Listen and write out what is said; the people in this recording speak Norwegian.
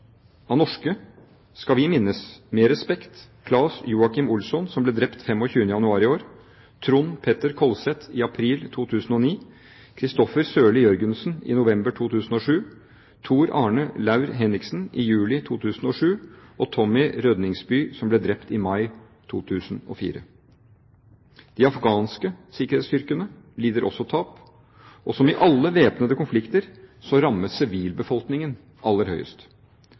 Av norske skal vi minnes med respekt Claes Joachim Olsson, som ble drept 25. januar i år, Trond Petter Kolset, i april 2009, Kristoffer Sørli Jørgensen, i november 2007, Tor Arne Lau-Henriksen, i juli 2007 og Tommy Rødningsby, som ble drept i mai 2004. De afghanske sikkerhetsstyrkene lider også tap, og som i alle væpnede konflikter rammes sivilbefolkningen aller